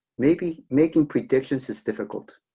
maybe making predictions is difficult,